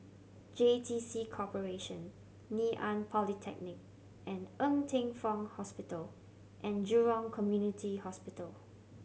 J T C Corporation Ngee Ann Polytechnic and Ng Teng Fong Hospital And Jurong Community Hospital